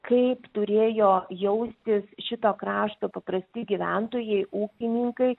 kaip turėjo jaustis šito krašto paprasti gyventojai ūkininkai